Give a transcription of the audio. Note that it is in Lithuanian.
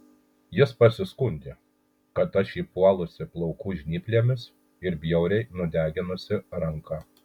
jis pasiskundė kad aš jį puolusi plaukų žnyplėmis ir bjauriai nudeginusi ranką